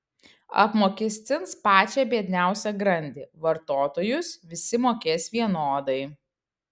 apmokestins pačią biedniausią grandį vartotojus visi mokės vienodai